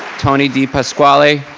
tony de pasquale.